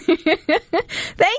Thank